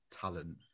talent